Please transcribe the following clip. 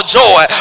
joy